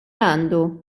għandu